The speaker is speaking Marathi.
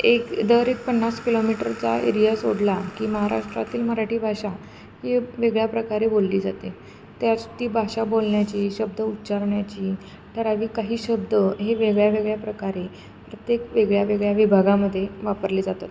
एक दर एक पन्नास किलोमीटरचा एरिया सोडला की महाराष्ट्रातील मराठी भाषा ही वेगळ्या प्रकारे बोलली जाते त्यात ती भाषा बोलण्याची शब्द उच्चारण्याची ठराविक काही शब्द हे वेगळ्या वेगळ्या प्रकारे प्रत्येक वेगळ्या वेगळ्या विभागामध्ये वापरले जातात